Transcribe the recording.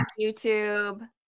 YouTube